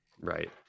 right